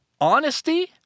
honesty